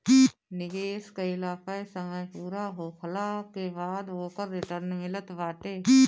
निवेश कईला पअ समय पूरा होखला के बाद ओकर रिटर्न मिलत बाटे